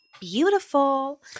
Beautiful